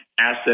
asset